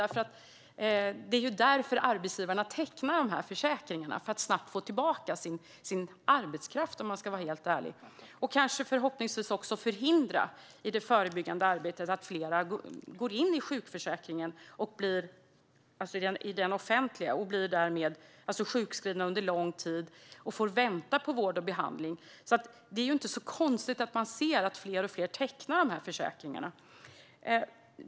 Det är ju, om man ska vara helt ärlig, därför arbetsgivarna tecknar dessa försäkringar: för att snabbt få tillbaka sin arbetskraft. Förhoppningsvis handlar det också om att genom förebyggande arbete förhindra att fler går in i den offentliga sjukförsäkringen, blir sjukskrivna under lång tid och får vänta på vård och behandling. Det är alltså inte så konstigt att fler och fler tecknar de här försäkringarna.